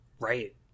Right